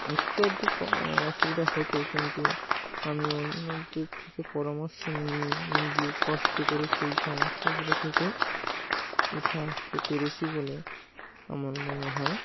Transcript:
একটু আধটু অসুবিধা হতো কিন্তু আমি অন্যদের থেকে পরামর্শ নিয়ে নিজে কষ্ট করে সেই সমস্যাগুলো থেকে উঠে আসতে পেরেছি বলে আমার মনে হয়